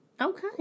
okay